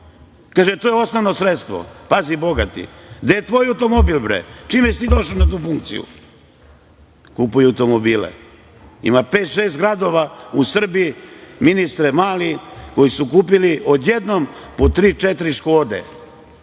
Kažu - to je osnovno sredstvo. Pazi bogati! Gde je tvoj automobil? Čime si ti došao na tu funkciju? Kupuju automobile. Ima pet-šest gradova u Srbiji, ministre Mali, koji su kupili odjednom po tri-četiri